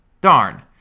Darn